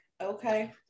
okay